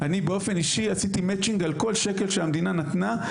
אני באופן אישי עשיתי מצ'ינג על כל שקל שהמדינה נתנה,